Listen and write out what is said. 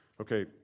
okay